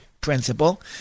principle